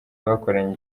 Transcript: bakoranye